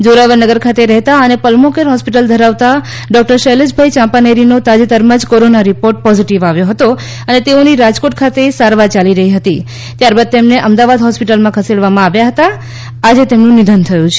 જોરાવર નગર ખાતે રહેતા અને પલમો કેર હોસ્પિટલ ધરાવતા ડોક્ટર શૈલેષ ભાઈ ચાંપાનેરીનો તાજેતરમાં જ કોરોના રિપોર્ટ પોઝિટિવ આવ્યો હતો અને તેઓની રાજકોટ ખાતે સારવાર ચાલી રહી હતી ત્યારબાદ તેમને અમદાવાદ હોસ્પિટલમાં ખસેડવામાં આવ્યા હતા આજે તેમનું નિધન થયું છે